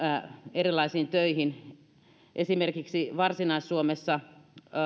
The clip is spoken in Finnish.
erilaisiin töihin mtk ilmoittaa että esimerkiksi varsinais suomessa